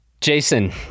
Jason